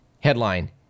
Headline